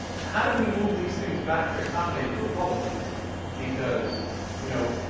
how do we move these things back to accommodate the republicans because you know